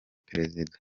perezida